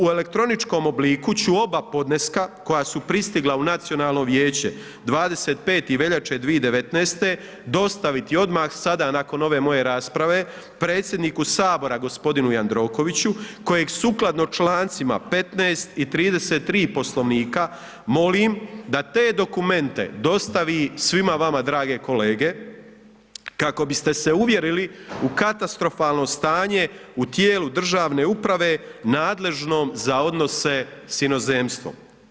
U elektroničkom obliku, ću oba podneska, koja su pristigla u Nacionalno vijeće 25. veljače 2019. dostaviti odmah sada nakon ove moje rasprave predsjedniku Saboru g. Jandrokoviću, kojeg sukladno člancima 15. i 33. poslovnika, molim da te dokumente dostavi svima vama drage kolege, kako bi se uvjerili u katastrofalno stanje u tijelu državne uprave nadležno za odnose s inozemstvom.